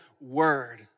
word